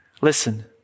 Listen